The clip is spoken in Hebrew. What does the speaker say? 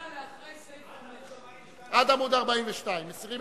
עד האחרונה: לאחרי סעיף 5. עד עמוד 42. מסירים